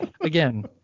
Again